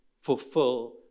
fulfill